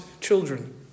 children